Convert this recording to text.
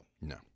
No